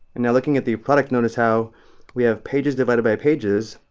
and now looking at the product notice how we have pages divided by pages,